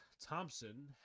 thompson